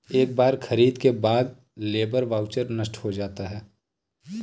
एक बार खरीद के बाद लेबर वाउचर नष्ट हो जाता है